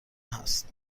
هست